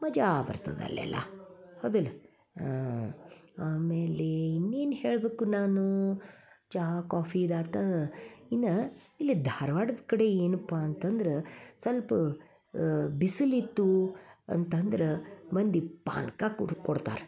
ಮಜಾ ಬರ್ತದ ಅಲ್ಲೆಲ್ಲ ಹೌದಲ್ಲ ಆಮೇಲೆ ಇನ್ನೇನು ಹೇಳಬೇಕು ನಾನು ಚಹಾ ಕಾಫೀದು ಆತು ಇನ್ನು ಇಲ್ಲಿ ಧಾರ್ವಾಡದ ಕಡೆ ಏನಪ್ಪಾ ಅಂತಂದ್ರೆ ಸೊಲ್ಪ ಬಿಸಲಿತ್ತು ಅಂತಂದ್ರೆ ಮಂದಿ ಪಾನಕ ಕುಡ್ದು ಕೊಡ್ತಾರೆ